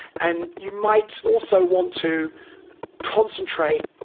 and you might also want to concentrate,